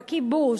בכיבוש,